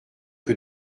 que